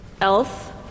Elf